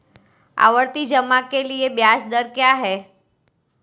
आवर्ती जमा के लिए ब्याज दर क्या है?